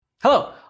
Hello